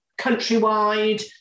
countrywide